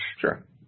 Sure